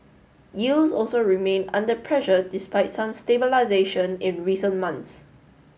yields also remain under pressure despite some stabilisation in recent months